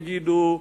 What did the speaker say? יגידו: